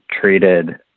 treated